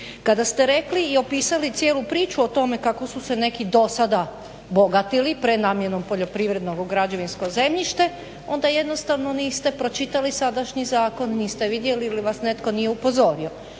Kada ste rekli i opisali cijelu priču o tome kako su se neki do sada bogatili prenamjenom poljoprivrednog u građevinsko zemljište onda jednostavno niste pročitali sadašnji zakon, niste vidjeli ili vas netko nije upozorio.